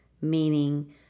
meaning